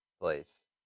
place